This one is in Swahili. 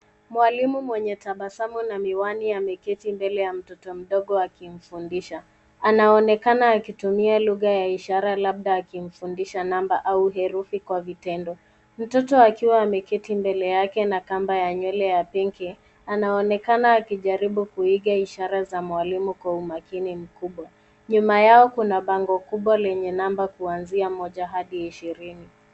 Mwalimu mwenye tabasamu na miwani ameketi mbele ya mtoto mdogo akimfundisha. Anaonekana akitumia lugha ya ishara labda akimfundisha namba au herufi kwa vitendo. Mtoto akiwa ameketi mbele yake na kamba ya nywele ya pinki anaonekana akijaribu kuiga ishara za mwalimu kwa umakini mkubwa. Nyuma yao kuna bango kubwa lenye namba kuanzia moja hadi ishirini.